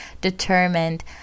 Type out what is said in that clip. determined